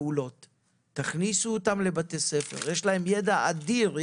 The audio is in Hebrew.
יש להם ידע אדיר,